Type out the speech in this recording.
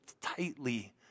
tightly